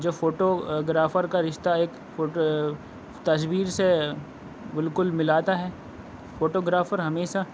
جو photographer کا رشتہ ایک فوٹو تصویر سے بالکل ملاتا ہے فوٹو گرافر ہمیشہ